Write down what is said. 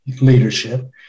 leadership